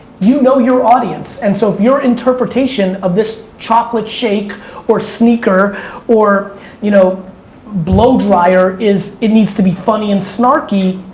you know your audience, and so if your interpretation of this chocolate shake or sneaker or you know blow dryer is, it needs to be funny and snarky,